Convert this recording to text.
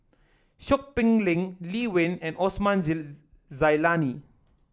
Seow Peck Leng Lee Wen and Osman Zailani